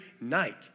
night